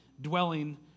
dwelling